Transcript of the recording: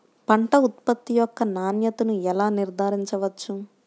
పంట ఉత్పత్తి యొక్క నాణ్యతను ఎలా నిర్ధారించవచ్చు?